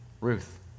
Ruth